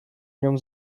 nią